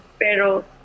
Pero